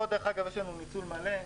דרך אגב, פה יש לנו ניצול מלא.